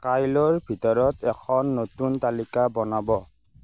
কাইলৈৰ ভিতৰত এখন নতুন তালিকা বনাব